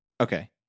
Okay